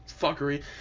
fuckery